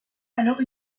alors